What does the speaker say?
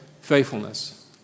faithfulness